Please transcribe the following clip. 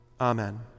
Amen